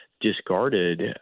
discarded